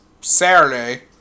Saturday